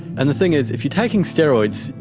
and the thing is, if you're taking steroids,